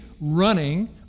running